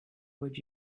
would